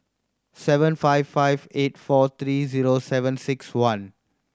seven five five eight four three zero seven six one